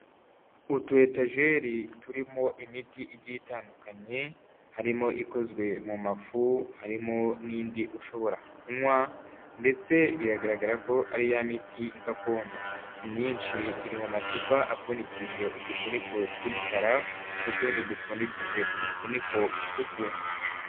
Utu etajeri turimo imiti igiye itandukanye, harimo ikozwe mu mafu, harimo n'indi ushobora kunywa, ndetse biragaragara ko ari ya miti gakondo, imyinshi iri mu macupa apfundikije udufuniko tw'imikara, n'utundi dupfundikije imifuniko itukura.